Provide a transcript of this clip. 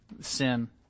sin